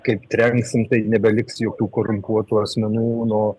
kaip trenksim tai nebeliks jokių korumpuotų asmenų nuo